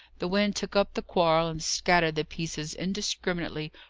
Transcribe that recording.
the wind took up the quarrel, and scattered the pieces indiscriminately,